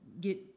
get